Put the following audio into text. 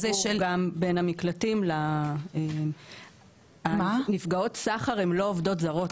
החיבור גם - נפגעות סחר הן לא עובדות זרות.